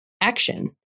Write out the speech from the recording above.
action